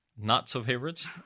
not-so-favorites